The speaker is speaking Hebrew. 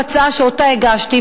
הצעה שהגשתי,